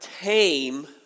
tame